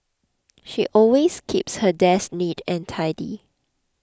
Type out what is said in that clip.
she always keeps her desk neat and tidy